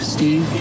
Steve